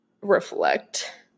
reflect